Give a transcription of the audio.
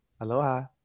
aloha